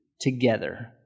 together